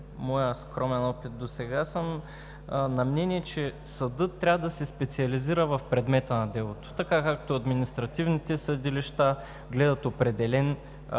моя скромен опит досега съм на мнение, че съдът трябва да се специализира в предмета на делото, така както административните съдилища гледат определен